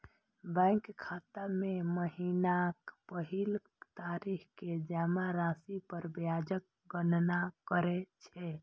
bank खाता मे महीनाक पहिल तारीख कें जमा राशि पर ब्याजक गणना करै छै